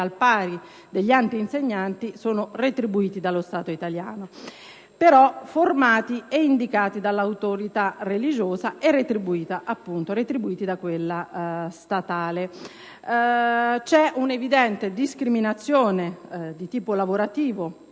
al pari degli altri insegnanti, sono retribuiti dallo Stato italiano: formati e indicati dall'autorità religiosa ma retribuiti da quella statale. C'è un'evidente discriminazione di tipo lavorativo,